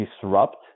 disrupt